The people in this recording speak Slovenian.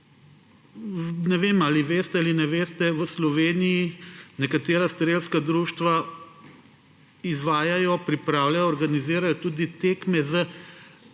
ne vem, ali veste ali ne veste, v Sloveniji nekatera strelska društva izvajajo, pripravljajo, organizirajo tudi tekme s